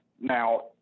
Now